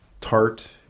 tart